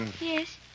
Yes